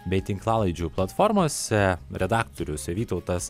bei tinklalaidžių platformose redaktorius vytautas